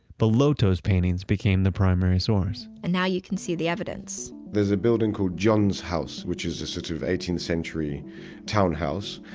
bellotto's paintings became the primary source and now, you can see the evidence. there's a building called john's house which is a sort of eighteenth century townhouse